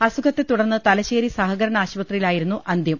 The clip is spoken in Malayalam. അസുഖത്തെ തുടർന്ന് തലശ്ശേരി സഹകരണ ആശുപത്രിയിലായിരുന്നു അന്ത്യം